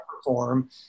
perform